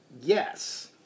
Yes